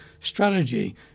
strategy